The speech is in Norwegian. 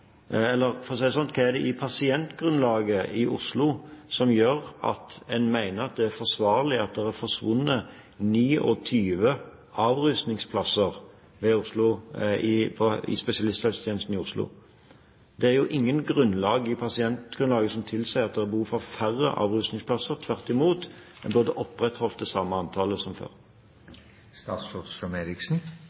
som gjør at en mener at det er forsvarlig at 29 avrusningsplasser i spesialisthelsetjenesten i Oslo er forsvunnet? Det er ingen ting i pasientgrunnlaget som tilsier at det er behov for færre avrusningsplasser, tvert imot. En burde opprettholdt det samme antallet som før.